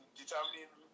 determining